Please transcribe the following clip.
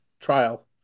trial